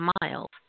miles